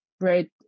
great